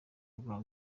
mbuga